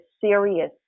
serious